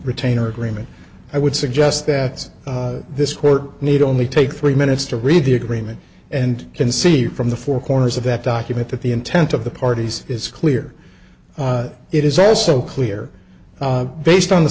retainer agreement i would suggest that this court need only take three minutes to read the agreement and can see from the four corners of that document that the intent of the parties is clear it is also clear based on the